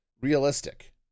realistic